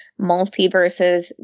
multiverses